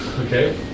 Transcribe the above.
Okay